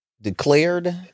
declared